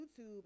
YouTube